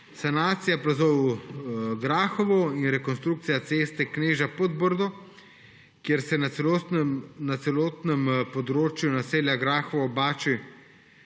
Sanacija plazov v Grahovem in rekonstrukcija ceste Kneža–Podbrdo, kjer se na celotnem področju naselja Grahovo ob Bači